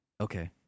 okay